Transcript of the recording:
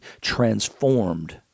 transformed